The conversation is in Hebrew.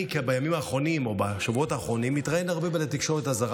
בימים האחרונים או בשבועות האחרונים אני מתראיין הרבה בתקשורת הזרה.